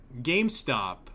GameStop